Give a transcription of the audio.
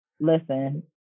Listen